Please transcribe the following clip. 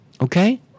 Okay